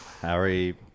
Harry